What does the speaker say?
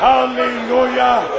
Hallelujah